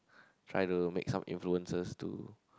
try to make some influences to